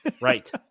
Right